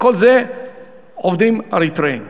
הכול זה עובדים אריתריאים,